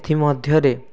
ଏଥି ମଧ୍ୟରେ